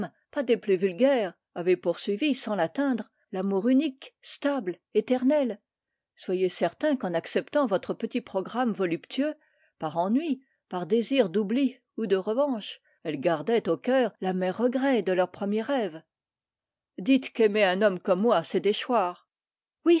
pas des plus vulgaires avaient poursuivi sans l'atteindre l'amour unique éternel en acceptant votre programme voluptueux par ennui par désir d'oubli ou de revanche elles gardaient au cœur l'amer regret de leur premier rêve dites qu'aimer un homme comme moi c'est déchoir